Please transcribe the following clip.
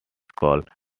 called